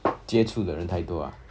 接触的人太多 ah